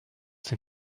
den